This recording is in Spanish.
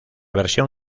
versión